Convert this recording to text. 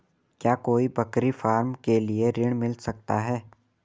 क्या कोई बकरी फार्म के लिए ऋण मिल सकता है?